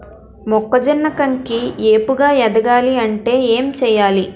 మొక్కజొన్న కంకి ఏపుగ ఎదగాలి అంటే ఏంటి చేయాలి?